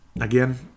Again